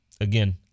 again